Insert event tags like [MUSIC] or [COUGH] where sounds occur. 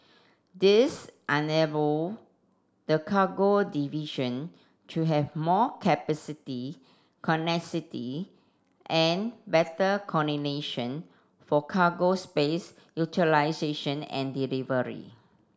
this enable the cargo division to have more capacity [UNINTELLIGIBLE] and better coordination for cargo space utilisation and delivery